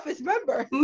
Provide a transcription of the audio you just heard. member